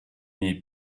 miei